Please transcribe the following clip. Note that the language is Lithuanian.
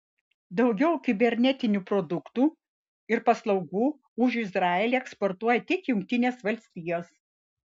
daugiau kibernetinių produktų ir paslaugų už izraelį eksportuoja tik jungtinės valstijos